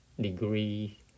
degree